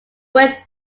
went